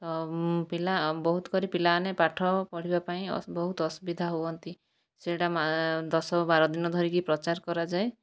ତ ପିଲା ବହୁତ କରି ପିଲାମାନେ ପାଠ ପଢ଼ିବା ପାଇଁ ବହୁତ ଅସୁବିଧା ହୁଅନ୍ତି ସେଇଟା ଦଶ ବାର ଦିନ ଧରିକି ପ୍ରଚାର କରାଯାଏ